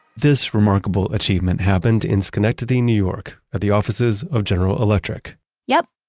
this remarkable achievement happened in schenectady, new york at the offices of general electric yep.